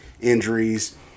injuries